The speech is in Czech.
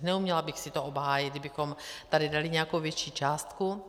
Neuměla bych si to obhájit, kdybychom tady dali nějakou větší částku.